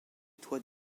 toits